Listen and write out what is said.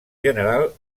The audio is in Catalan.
general